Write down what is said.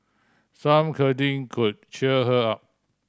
some cuddling could cheer her up